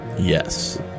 yes